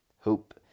Hope